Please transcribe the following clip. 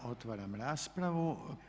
Otvaram raspravu.